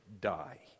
die